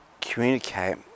communicate